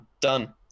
done